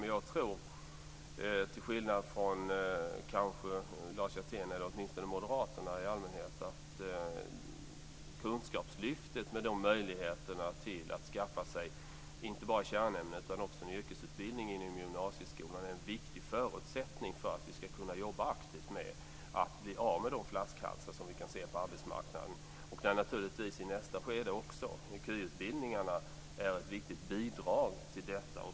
Men jag tror till skillnad från Lars Hjertén, eller åtminstone Moderaterna i allmänhet, att kunskapslyftet med de möjligheter det ger att skaffa sig inte bara kärnämnen utan också en yrkesutbildning inom gymnasieskolan är en viktig förutsättning för att vi ska kunna jobba aktivt med att bli av med de flaskhalsar som vi kan se på arbetsmarknaden. Där är naturligtvis också i nästa skede KY-utbildningarna ett viktigt bidrag.